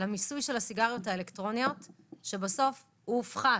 המיסוי של הסיגריות האלקטרוניות שבסוף הופחת